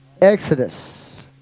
Exodus